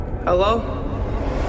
hello